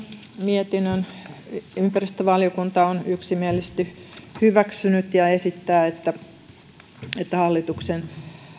mietinnön ympäristövaliokunta on yksimielisesti hyväksynyt ja esittää että että hallituksen